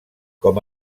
com